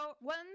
one